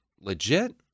legit